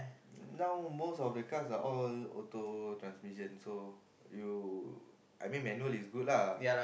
now most of the cars are all auto transmission so you I mean manual is good lah